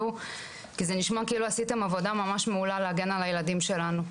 זה נשמע כאילו עשיתם עבודה ממש מעולה להגן על הילדים שלנו.